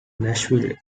nashville